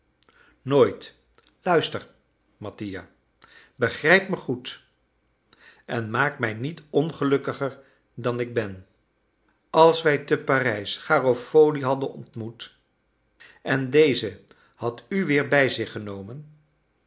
nooit luister mattia begrijp mij goed en maak mij niet ongelukkiger dan ik ben als wij te parijs garofoli hadden ontmoet en deze had u weer bij zich genomen